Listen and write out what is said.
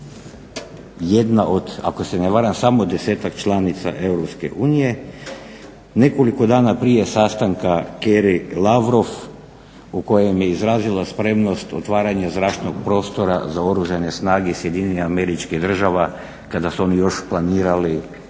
jedna od ako se ne varam samo desetak članica EU, nekoliko dana prije sastanka Kere Lavrov u kojem je izrazila spremnost otvaranja zračnog prostora za oružane snage Sjedinjenih Američkih Država kada su oni još planirali